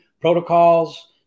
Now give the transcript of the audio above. protocols